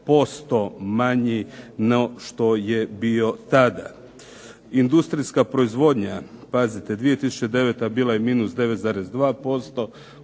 manji no što je bio tada. Industrijska proizvodnja, pazite 2009. bila je -9,2%,